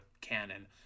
canon